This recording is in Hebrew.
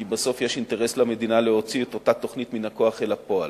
כי בסוף יש אינטרס למדינה להוציא את אותה תוכנית מהכוח אל הפועל.